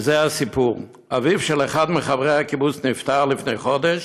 וזה הסיפור: אביו של אחד מחברי הקיבוץ נפטר לפני חודש,